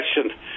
question